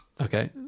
Okay